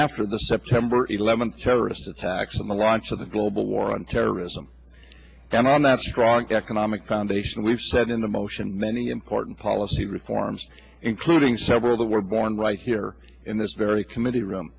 after the september eleventh terrorist attacks and the launch of the global war on terrorism and on that strong economic foundation we've said in the motion many important policy reforms including several that were born right here in this very committee room